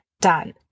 done